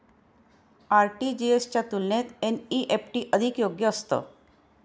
RTGS च्या तुलनेत NEFT अधिक योग्य असतं